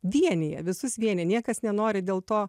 vienija visus vienija niekas nenori dėl to